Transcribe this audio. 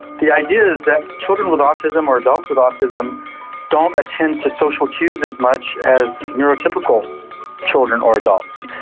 the idea is that children with autism or adults with autism don't attend to social cues as much as neuro-typical children or adults,